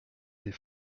des